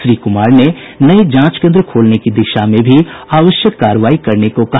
श्री कुमार ने नये जांच केन्द्र खोलने की दिशा में भी आवश्यक कार्रवाई करने को कहा